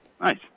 Nice